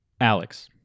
Alex